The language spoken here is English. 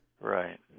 Right